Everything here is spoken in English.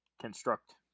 construct